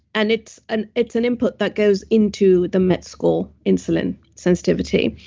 and it's an it's an input that goes into the met score insulin sensitivity.